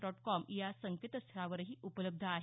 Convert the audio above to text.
dot com या संकेतस्थळावरही उपलब्ध आहे